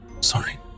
sorry